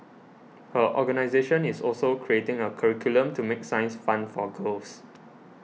her organisation is also creating a curriculum to make science fun for girls